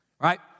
right